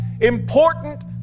important